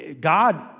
God